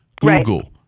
Google